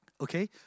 Okay